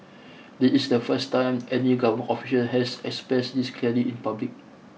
this is the first time any government official has expressed this clearly in public